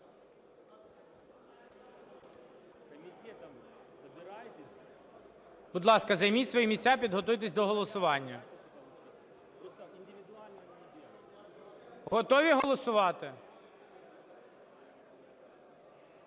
Будь ласка, займіть свої місця і підготуйтесь до голосування. Готові голосувати?